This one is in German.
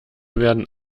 werden